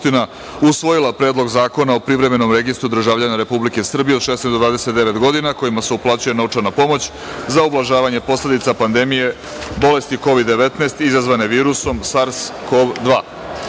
usvojila Predlog zakona o Privremenom registru državljana Republike Srbije od 16 do 29 godina kojima se uplaćuje novčana pomoć za ublažavanje posledica pandemije bolesti Kovid-19 izazvane virusom SARS-KoV-2.Pošto